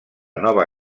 nova